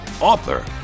author